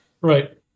Right